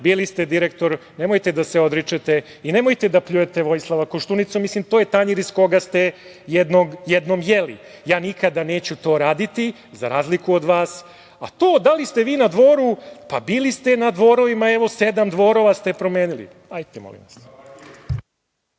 Bili ste direktor, nemojte da se odričete i nemojte da pljujete Vojislava Koštunicu, to je tanjir iz koga ste jednom jeli. Ja nikada neću to raditi, za razliku od vas. A to da li ste vi na dvoru, pa, bili ste na dvorovima, evo, sedam dvorova ste promenili. **Radovan